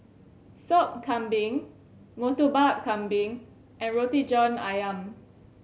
Sop Kambing Murtabak Kambing and Roti John Ayam